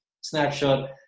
snapshot